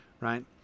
right